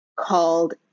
Called